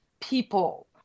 people